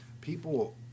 people